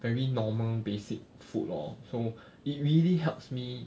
very normal basic food lor so it really helps me